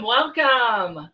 Welcome